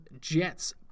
Jets